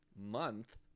Month